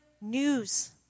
news